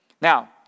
Now